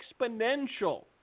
exponential